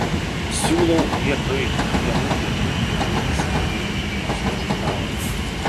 siūlau vietoj vienų pietų per mėnesį įteikti jiems po žurnalą